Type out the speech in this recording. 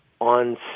On